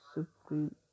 Supreme